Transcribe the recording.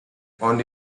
only